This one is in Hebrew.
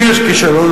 אם יש כישלון,